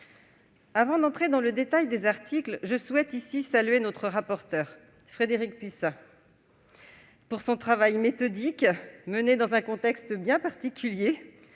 Avant d'entrer dans le détail du contenu des articles, je souhaite féliciter notre rapporteure, Frédérique Puissat, pour son travail méthodique, mené dans un contexte bien particulier